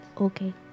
Okay